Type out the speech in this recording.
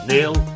Neil